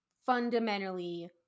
fundamentally